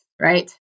right